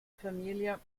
famiglia